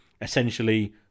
essentially